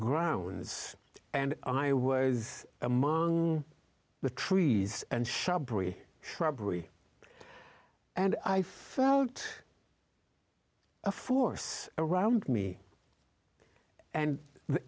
grounds and i was among the trees and shrubs shrubbery and i felt a force around me and the